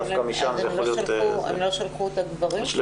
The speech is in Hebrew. דווקא משם זה יכול להיות --- הם לא שלחו את הגברים?